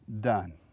done